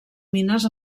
mines